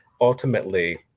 ultimately